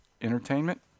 entertainment